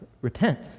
repent